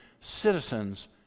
citizens